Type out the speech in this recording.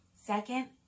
Second